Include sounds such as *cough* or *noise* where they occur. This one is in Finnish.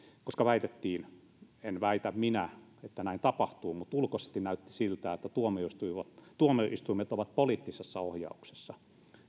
koska väitettiin en väitä minä että näin tapahtuu mutta ulkoisesti näytti siltä *unintelligible* että tuomioistuimet ovat poliittisessa ohjauksessa